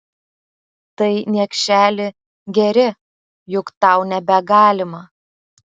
tai niekšeli geri juk tau nebegalima